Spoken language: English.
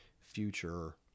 future